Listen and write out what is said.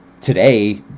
Today